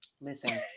listen